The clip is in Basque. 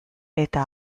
eta